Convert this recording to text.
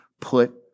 put